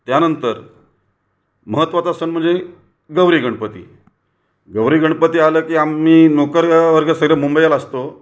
त्यानंतर महत्वाचा सण म्हणजे गौरी गणपती गौरी गणपती आले की आम्ही नोकरवर्ग सगळे मुंबईला असतो